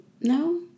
No